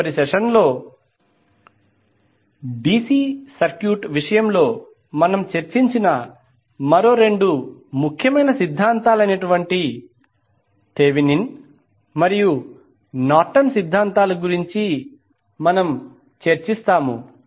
తదుపరి సెషన్లో DC circuit విషయంలో మనము చర్చించిన మరో రెండు ముఖ్యమైన సిద్ధాంతాలైన థెవెనిన్ మరియు నార్టన్ సిద్ధాంతాల గురించి చర్చిస్తాము